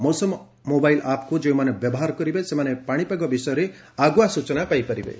Mausam mobile ଆପ୍କୁ ଯେଉଁମାନେ ବ୍ୟବହାର କରିବେ ସେମାନେ ପାଣିପାଗ ବିଷୟରେ ଆଗୁଆ ସ୍ଚନାମାନ ପାଇପାରିବେ